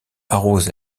arrose